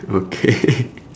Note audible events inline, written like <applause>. okay <laughs>